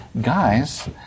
guys